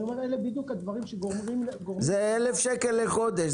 זה 1,000 שקל לחודש.